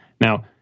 Now